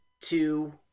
two